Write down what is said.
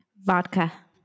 Vodka